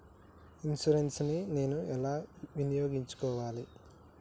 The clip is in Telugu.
ఇన్సూరెన్సు ని నేను ఎలా వినియోగించుకోవాలి?